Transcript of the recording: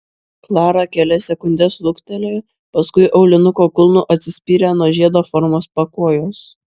klara kelias sekundes luktelėjo paskui aulinuko kulnu atsispyrė nuo žiedo formos pakojos